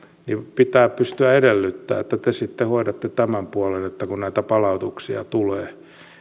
pitää pystyä edellyttämään että te sitten hoidatte tämän puolen kun näitä palautuksia tulee